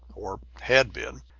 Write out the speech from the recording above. or had been,